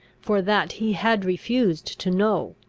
for that he had refused to know.